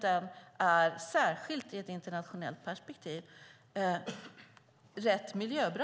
Den är, särskilt i ett internationellt perspektiv, rätt miljöbra.